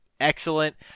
excellent